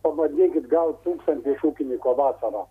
pabandykit gaut tūkstantį ūkinyko vasarą